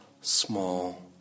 small